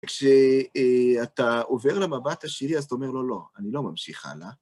כשאתה עובר למבט השני, אז אתה אומר לו, לא, אני לא ממשיך הלאה.